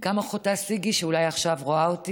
גם אחותה סיגי, שאולי עכשיו רואה אותי,